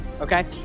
okay